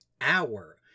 hour